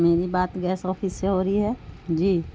میری بات gas office سے ہو رہی ہے جی